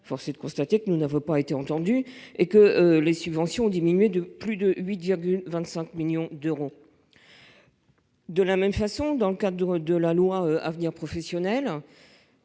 Force est de constater que nous n'avons pas été entendus : les subventions ont diminué de plus de 8,25 millions d'euros. De la même façon, dans le cadre de la loi pour la